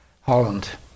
Holland